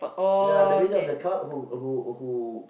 ya the leader of the cult who who who